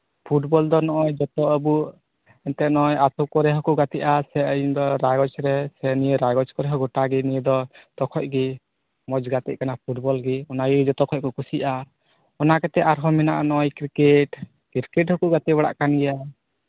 football ᱫᱚ ᱱᱚᱜᱼᱚᱭ ᱡᱚᱛᱚ ᱟᱵᱩ ᱮᱱᱛᱮ ᱱᱚᱜᱼᱚᱭ ᱟᱛᱳ ᱠᱚᱨᱮ ᱦᱚᱸᱠᱚ ᱜᱟᱛᱮᱜᱼᱟ ᱥᱮ ᱤᱧ ᱫᱚ ᱟᱨᱚ ᱨᱟᱭᱜᱚᱧᱡᱽ ᱨᱮ ᱱᱤᱭᱟᱹ ᱨᱟᱭᱜᱚᱧᱡᱽ ᱠᱚᱨᱮ ᱦᱚᱸ ᱜᱚᱴᱟ ᱜᱮ ᱱᱤᱭᱟᱹ ᱫᱚ ᱛᱚᱠᱷᱚᱡ ᱜᱮ ᱢᱚᱡᱽ ᱜᱟᱛᱮ ᱠᱟᱱᱟ ᱯᱷᱩᱴᱷᱵᱚᱞ ᱜᱮ ᱚᱱᱟᱜᱮ ᱡᱚᱛᱚ ᱠᱷᱚᱡ ᱠᱚ ᱠᱩᱥᱤᱭᱟᱜᱼᱟ ᱚᱱᱟ ᱠᱟᱛᱮ ᱟᱨᱦᱚᱸ ᱢᱮᱱᱟᱜᱼᱟ ᱱᱚᱜᱼᱚᱭ ᱠᱨᱤᱠᱮᱴ ᱠᱨᱤᱠᱮᱴ ᱦᱚᱸᱠᱚ ᱜᱟᱛᱮ ᱵᱟᱲᱟᱜ ᱠᱟᱱ ᱜᱮᱭᱟ